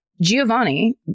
Giovanni